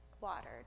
watered